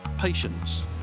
patience